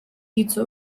hitz